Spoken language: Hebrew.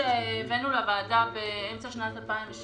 אנחנו מגיעים לוועדה עם תיקון שהבאנו לוועדה באמצע שנת 2017